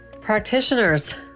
Practitioners